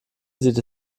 sieht